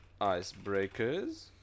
icebreakers